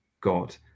God